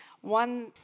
one